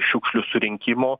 šiukšlių surinkimo